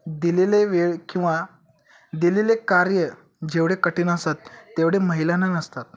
दिलेले वेळ किंवा दिलेले कार्य जेवढे कठीण असतात तेवढे महिलांना नसतात